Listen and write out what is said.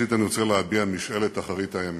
ראשית אני רוצה להביע משאלת אחרית הימים,